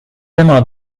tema